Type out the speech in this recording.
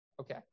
Okay